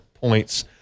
points